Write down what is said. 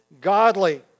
godly